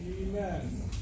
Amen